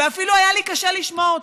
ואפילו היה קשה לי לשמוע אותם,